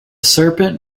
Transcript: serpent